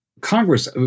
Congress